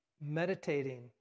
meditating